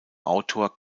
autor